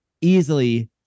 easily